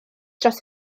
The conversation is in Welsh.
dros